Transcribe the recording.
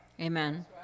Amen